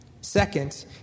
Second